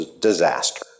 disaster